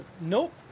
nope